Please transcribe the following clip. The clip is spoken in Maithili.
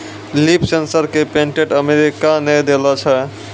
लीफ सेंसर क पेटेंट अमेरिका ने देलें छै?